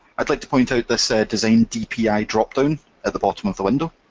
i'd like to point out this ah design dpi dropdown at the bottom of the window.